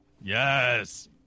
yes